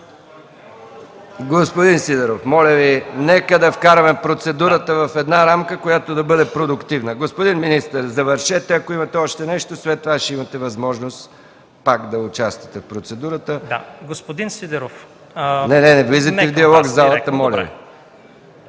Господин Сидеров, моля Ви! Нека да вкараме процедурата в една рамка, която да бъде продуктивна. Господин министър, завършете, ако имате още нещо, и след това ще имате възможност пак да участвате в процедурата. СЛУЖЕБЕН МИНИСТЪР АСЕН ВАСИЛЕВ: Господин